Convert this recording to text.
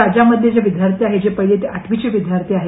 राज्यामधले जे विद्यार्थी आहेत जे पहिली ते आठवीचे विद्यार्थी आहेत